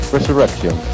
Resurrection